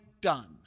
done